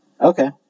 Okay